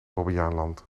bobbejaanland